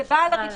זה בעל הרשיון.